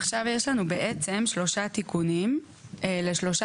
עכשיו יש לנו בעצם שלושה תיקונים לשלושה